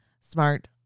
Smart